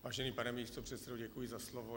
Vážený pane místopředsedo, děkuji za slovo.